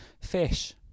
Fish